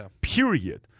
period